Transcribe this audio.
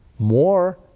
More